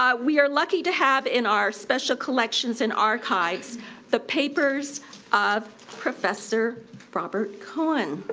um we are lucky to have in our special collections and archives the papers of professor robert cohen.